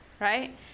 right